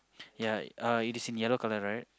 ya uh it is in yellow color right